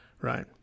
right